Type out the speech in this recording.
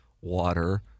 water